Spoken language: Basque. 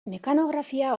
mekanografia